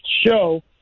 show